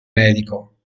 medico